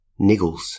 Niggles